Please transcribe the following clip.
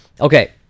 Okay